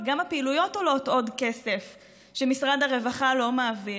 כי גם הפעילויות עולות עוד כסף שמשרד הרווחה לא מעביר,